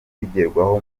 bigerwaho